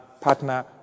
partner